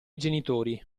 genitori